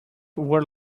were